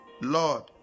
Lord